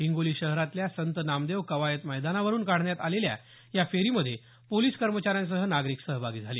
हिंगोली शहरातल्या संत नामदेव कवायत मैदानावरून काढण्यात आलेल्या या फेरीमध्ये पोलीस कर्मचाऱ्यांसह नागरिक सहभागी झाले